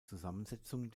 zusammensetzung